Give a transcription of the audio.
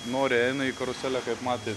noriai eina į karuselę kaip matėt